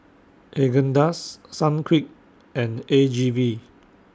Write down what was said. Haagen Dazs Sunquick and A G V